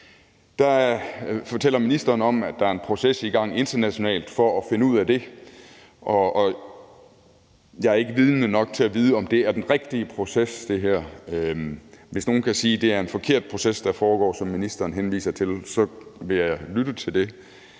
fortæller, at der er en proces i gang internationalt for at finde ud af det. Jeg er ikke vidende nok til at vide, om den her proces er den rigtige proces. Hvis nogen kan sige, at den proces, der foregår, som ministeren henviser til, er en forkert